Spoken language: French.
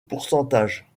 pourcentage